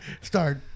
Start